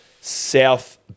South